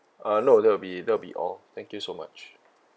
uh no that'll be that'll be all thank you so much